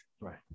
Right